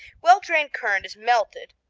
well-drained curd is melted,